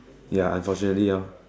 ya unfortunately orh